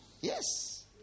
Yes